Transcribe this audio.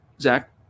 Zach